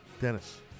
Dennis